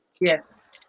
Yes